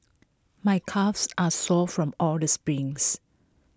my calves are sore from all the sprints